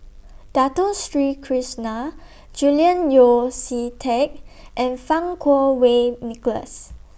Dato Street Krishna Julian Yeo See Teck and Fang Kuo Wei Nicholas